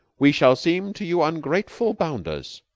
we shall seem to you ungrateful bounders,